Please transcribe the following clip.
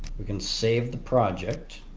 we can save the project